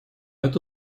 это